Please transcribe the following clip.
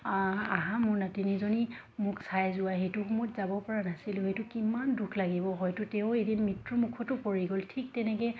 আহা মোৰ নাতিনীজনী মোক চাই যোৱা সেইটো সময়ত যাবপৰা নাছিলোঁ সেইটো কিমান দুখ লাগিব হয়তো তেওঁ এদিন মৃত্যুমুখতো পৰি গ'ল ঠিক তেনেকৈ